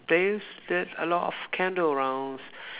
then there's a lot of candle around